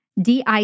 DIC